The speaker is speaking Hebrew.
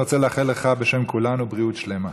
אני רוצה לאחל לך בשם כולנו בריאות שלמה.